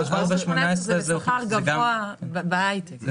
4.18 זה בשכר גבוה בהייטק.